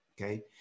Okay